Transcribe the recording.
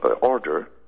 order